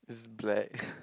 black